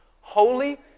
holy